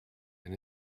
and